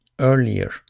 earlier